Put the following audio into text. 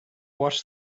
watched